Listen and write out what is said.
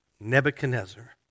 Nebuchadnezzar